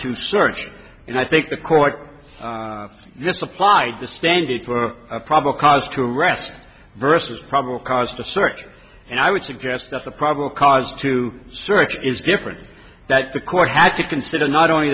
to search and i think the court misapplied the standard for probably cause to arrest versus probable cause to search and i would suggest that the probable cause to search is different that the court had to consider not only